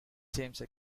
james